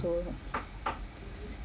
ah